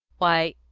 why,